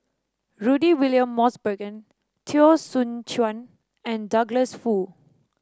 Rudy William Mosbergen Teo Soon Chuan and Douglas Foo